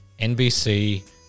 NBC